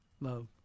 love